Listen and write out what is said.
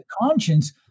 conscience